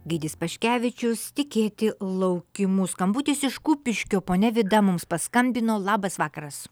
gytis paškevičius tikėti laukimu skambutis iš kupiškio ponia vida mums paskambino labas vakaras